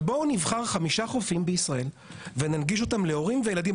אבל בואו נבחר חמישה חופים בישראל וננגיש אותם להורים וילדים.